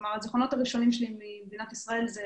כלומר, הזיכרונות הראשונים שלי ממדינת ישראל אלה